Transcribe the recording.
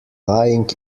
lying